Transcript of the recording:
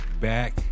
back